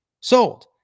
sold